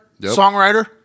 songwriter